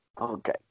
Okay